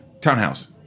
Townhouse